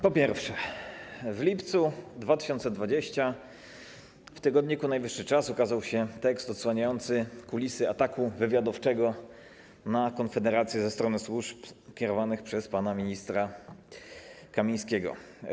Po pierwsze, w lipcu 2020 r. w tygodniku „Najwyższy Czas” ukazał się tekst odsłaniający kulisy ataku wywiadowczego na Konfederację ze strony służb kierowanych przez pana ministra Kamińskiego.